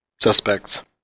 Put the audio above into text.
suspects